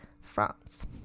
France